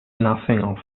nothing